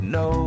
no